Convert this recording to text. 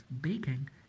baking